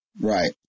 Right